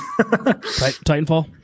Titanfall